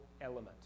element